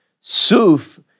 Suf